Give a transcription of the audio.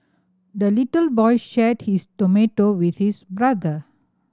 the little boy shared his tomato with his brother